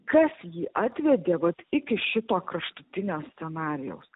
kas jį atvedė vat iki šito kraštutinio scenarijaus